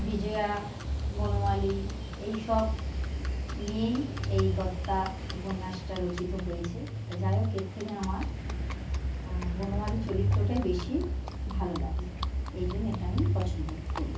বিজয়া বনমালী এইসব নিয়েই এই দত্তা উপন্যাসটা রচিত হয়েছে তা যাইহোক এর থেকে আমার বনমালী চরিত্রটাই বেশি ভালো লাগে এই জন্যে এটা আমি পছন্দ করি